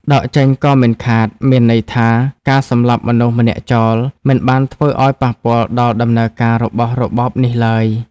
«ដកចេញក៏មិនខាត» មានន័យថា ការសម្លាប់មនុស្សម្នាក់ចោល មិនបានធ្វើឱ្យប៉ះពាល់ដល់ដំណើរការរបស់របបនេះឡើយ។